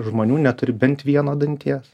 žmonių neturi bent vieno danties